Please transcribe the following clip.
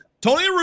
Tony